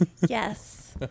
Yes